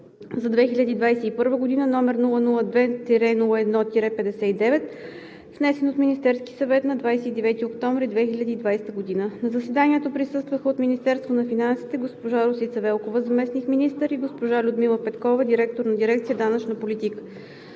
за 2021г., № 002-01-59, внесен от Министерския съвет на 29 октомври 2020 г. На заседанието присъстваха от Министерството на финансите: госпожа Росица Велкова – заместник-министър, и госпожа Людмила Петкова – директор на дирекция „Данъчна политика“.